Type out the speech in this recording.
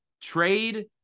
trade